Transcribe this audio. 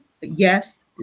Yes